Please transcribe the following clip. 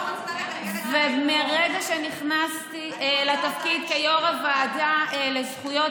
ומרגע שנכנסתי לתפקיד כיו"ר הוועדה לזכויות